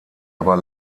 aber